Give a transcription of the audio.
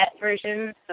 version